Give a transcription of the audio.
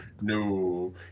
No